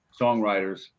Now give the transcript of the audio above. songwriters